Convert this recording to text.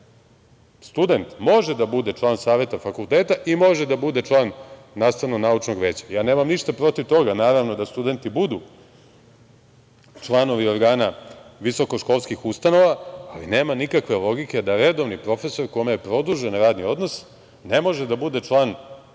student može da bude član saveta fakulteta i može da bude član nastavno-naučnog veća. Nemam ništa protiv toga da studenti budu članovi organa visokoškolskih ustanova, ali nema nikakve logike da redovni profesor kome je produžen radni odnos ne može da bude član